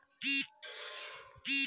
बाड़ वाले खेते मे कवन बिया बोआल जा?